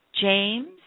James